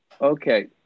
Okay